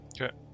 Okay